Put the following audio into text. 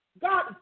God